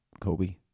Kobe